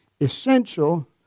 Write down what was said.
Essential